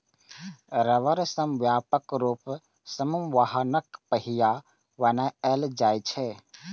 रबड़ सं व्यापक रूप सं वाहनक पहिया बनाएल जाइ छै